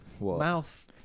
mouse